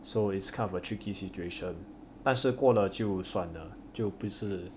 so it's kind of a tricky situation 但是过了就算的就不是